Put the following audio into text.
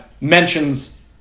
mentions